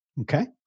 Okay